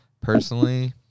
Personally